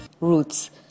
roots